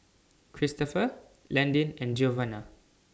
Cristopher Landyn and Giovanna